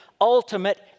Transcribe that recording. ultimate